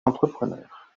entrepreneur